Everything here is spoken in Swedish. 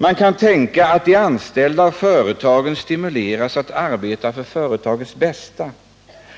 Man kan tänka att de anställda och företagaren stimuleras att arbeta för företagets bästa,